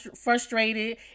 frustrated